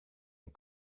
een